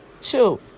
Shoot